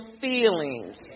feelings